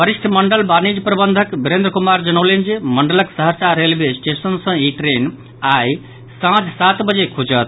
वरिष्ठ मंडल वाणिज्य प्रबंधक विरेन्द्र कुमार जनौलनि जे मंडलक सहरसा रेलवे स्टेशन सॅ ई ट्रेन आइ सांझ सात बजे खुजत